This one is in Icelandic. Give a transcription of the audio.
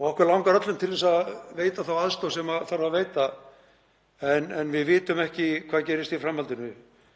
og okkur langar öll til að veita þá aðstoð sem þarf að veita. En við vitum ekki hvað gerist í framhaldinu.